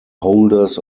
holders